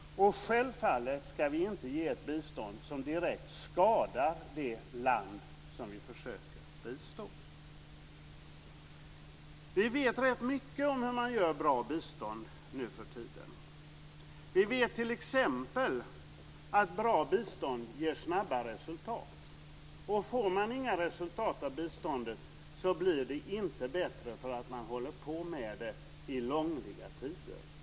Självfallet ska vi inte ge ett bistånd som direkt skadar det land som vi försöker bistå. Får man inga resultat av biståndet blir det inte bättre för att man håller på med det i långliga tider.